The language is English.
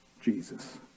Jesus